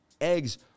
eggs